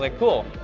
like cool.